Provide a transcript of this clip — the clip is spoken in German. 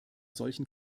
solchen